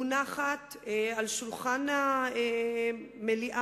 מונחת על שולחן המליאה